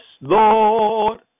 Lord